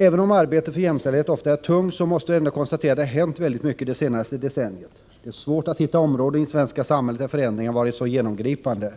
Även om arbetet för jämställdhet ofta är tungt, måste det ändå konstateras att det hänt väldigt mycket det senaste decenniet. Det är svårt att hitta områden i det svenska samhället där förändringarna varit så genomgripande.